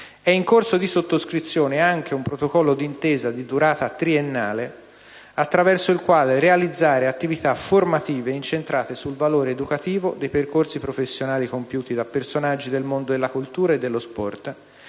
È in corso di sottoscrizione anche un protocollo d'intesa di durata triennale attraverso il quale realizzare attività formative incentrate sul valore educativo dei percorsi professionali compiuti da personaggi del mondo della cultura e dello sport,